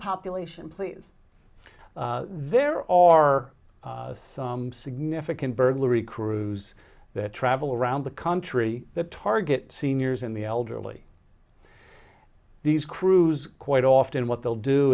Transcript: population please there are some significant burglary crews that travel around the country that target seniors in the elderly these crews quite often what they'll do